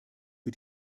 für